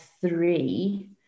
three